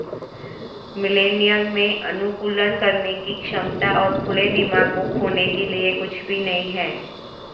millennial में अनुकूलन करने की क्षमता और खुले दिमाग को खोने के लिए कुछ भी नहीं है